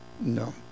No